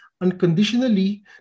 unconditionally